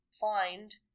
find